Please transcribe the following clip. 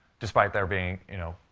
despite there being, you know,